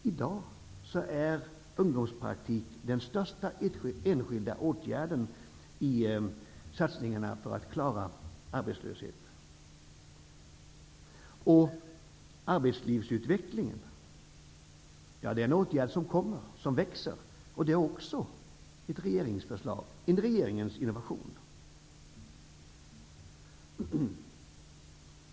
I dag är ungdomspraktik den största enskilda åtgärden i satsningarna för att motverka arbetslösheten. Arbetslivsutvecklingen är en åtgärd som växer. Det är också ett regeringsförslag, en regeringens innovation.